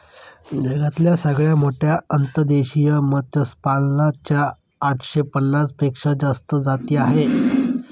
जगातल्या सगळ्यात मोठ्या अंतर्देशीय मत्स्यपालना च्या आठशे पन्नास पेक्षा जास्त जाती आहे